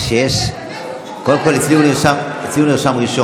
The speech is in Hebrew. קודם כול, אצלי הוא נרשם ראשון.